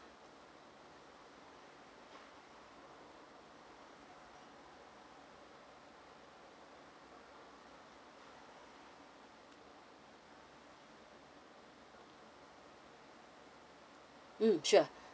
mm sure